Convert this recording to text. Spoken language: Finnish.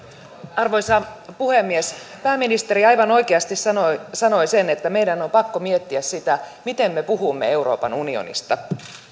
arvoisa puhemies pääministeri aivan oikeasti sanoi sanoi sen että meidän on pakko miettiä sitä miten me puhumme euroopan unionista